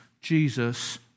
Jesus